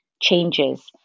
changes